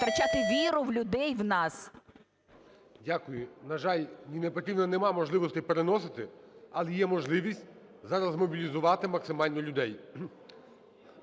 втрачати віру людей в нас. ГОЛОВУЮЧИЙ. Дякую. На жаль, Ніна Петрівна, немає можливостей переносити, але є можливість зараз змобілізувати максимально людей.